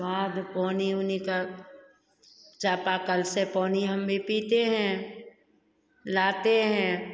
बाद पानी उनी का चापाकल से पानी हम भी पीते हैं लाते हैं